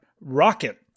Rocket